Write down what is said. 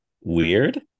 Weird